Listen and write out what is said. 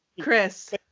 Chris